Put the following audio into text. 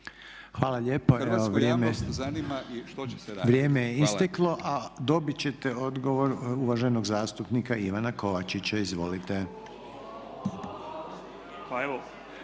Hvala lijepa. Evo vrijeme je isteklo, a dobit ćete odgovor uvaženog zastupnika Ivana Kovačića. Izvolite.